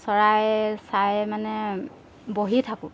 চৰাই চাই মানে বহি থাকোঁ